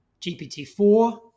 GPT-4